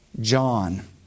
John